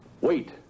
Wait